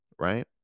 right